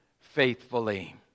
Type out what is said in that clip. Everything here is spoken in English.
faithfully